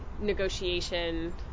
negotiation